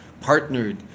partnered